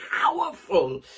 powerful